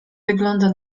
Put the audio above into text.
wygląda